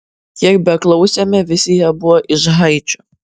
kiek beklausėme visi jie buvo iš haičio